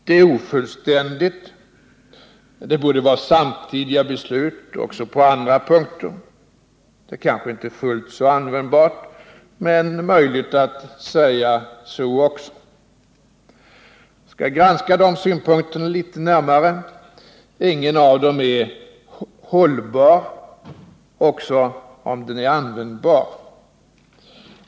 Det är ofullständigt; det borde vara samtidiga beslut också på andra punkter. Det argumentet är kanske inte fullt så användbart, men det är möjligt att säga så också. Jag skall granska de synpunkterna litet närmare. Ingen av dem är hållbar, även om de är användbara.